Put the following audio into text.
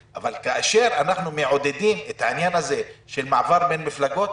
כאשר אנחנו מעודדים את העניין הזה של מעבר בין מפלגות,